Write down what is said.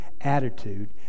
attitude